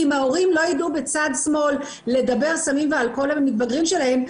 כי אם ההורים לא ידעו לדבר סמים ואלכוהול עם המתבגרים שלהם,